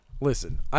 Listen